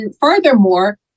furthermore